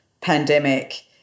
pandemic